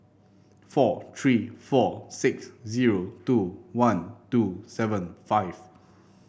four three four six zero two one two seven five